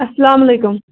اَسَلام علیکُم